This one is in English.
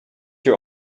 you